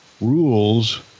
rules